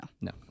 No